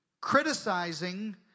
Criticizing